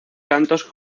cantos